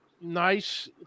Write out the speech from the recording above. Nice